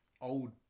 old